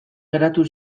geratu